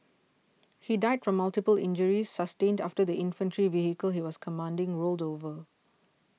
he died from multiple injuries sustained after the infantry vehicle he was commanding rolled over